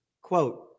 quote